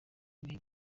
igihe